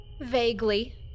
Vaguely